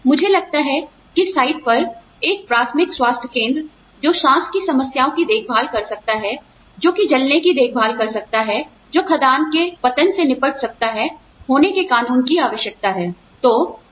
मुझे लगता है कि साइट पर एक प्राथमिक स्वास्थ्य केंद्र जो सांस की समस्याओं की देखभाल कर सकता है जो कि जलने की देखभाल कर सकता है जो खदान के पतन से निपट सकता है होने के कानून की आवश्यकता होती है